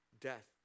death